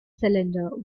cylinder